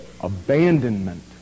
abandonment